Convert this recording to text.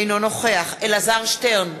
אינו נוכח אלעזר שטרן,